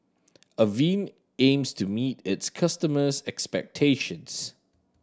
Avene aims to meet its customers' expectations